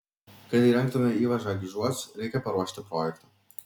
kad įrengtume įvažą gižuos reikia paruošti projektą